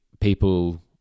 people